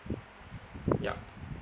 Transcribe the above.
yup